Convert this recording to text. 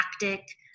tactic